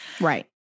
Right